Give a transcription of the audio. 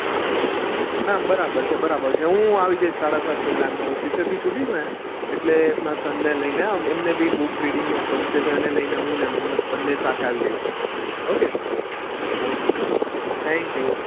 ના બરાબર છે બરાબર છે હું આવી જાઈશ સાડા સાત પહેલાં એમ તો ઓફિસેથી છુટીશ ને એટલે મારા સનને લઈને એમને બી બુક રીડિંગનો શોખ છે તો એને લઈને હું ને બન્ને સાથે આવી જઈશું ઓકે ઓકે થેંક્યુ